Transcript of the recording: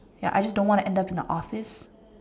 ya I just don't wanna end up in a office